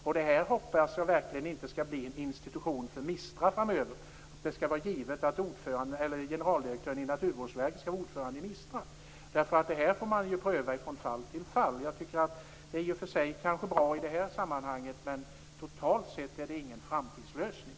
Jag hoppas verkligen inte att Naturvårdsverket skall bli en institution för MISTRA framöver, och att det skall vara givet att generaldirektören för Naturvårdsverket skall vara ordförande i MISTRA. Det måste ju prövas från fall till fall. I och för sig tycker jag att det är bra i det här sammanhanget, men totalt sett är det ingen framtidslösning.